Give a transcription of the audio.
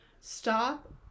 Stop